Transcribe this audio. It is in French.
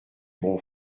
bon